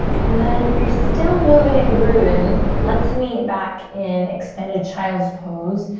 and then if you're still movin' and groovin', let's meet back in extended child's pose.